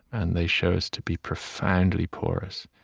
and they show us to be profoundly porous,